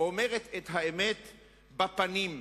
אומרת את האמת בפנים,